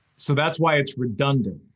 so that's why it's redundant.